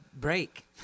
break